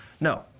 No